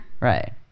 right